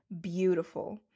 beautiful